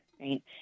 right